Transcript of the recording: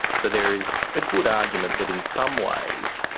so there is a good argument that in some ways,